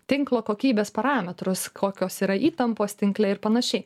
tinklo kokybės parametrus kokios yra įtampos tinkle ir panašiai